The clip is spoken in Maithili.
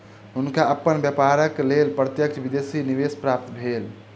हुनका अपन व्यापारक लेल प्रत्यक्ष विदेशी निवेश प्राप्त भेल